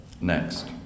next